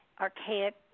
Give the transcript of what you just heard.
archaic